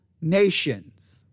nations